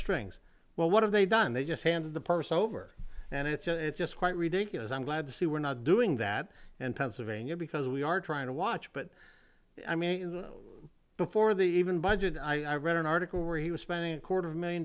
strings well what have they done they just handed the person over and it's just quite ridiculous i'm glad to see we're not doing that and pennsylvania because we are trying to watch but i mean before the even budget i read an article where he was spending a quarter of million